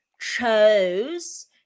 chose